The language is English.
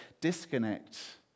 disconnect